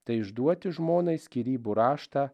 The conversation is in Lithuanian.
tai išduoti žmonai skyrybų raštą